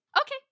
Okay